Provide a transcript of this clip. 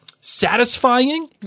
Satisfying